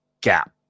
gap